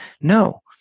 No